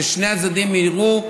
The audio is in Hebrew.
ששני הצדדים יראו,